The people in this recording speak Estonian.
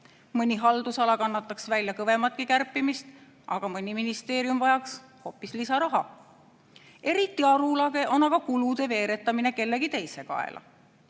Mõni haldusala kannataks välja kõvematki kärpimist, aga mõni ministeerium vajaks hoopis lisaraha. Eriti arulage on aga kulude veeretamine kellegi teise kaela.